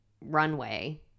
runway